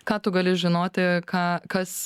ką tu gali žinoti ką kas